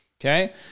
Okay